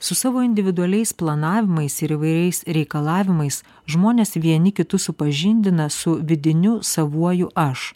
su savo individualiais planavimais ir įvairiais reikalavimais žmonės vieni kitus supažindina su vidiniu savuoju aš